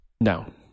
No